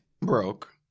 broke